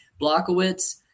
blockowitz